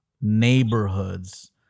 neighborhoods